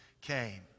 came